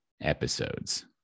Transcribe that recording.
episodes